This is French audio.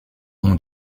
ont